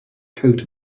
coat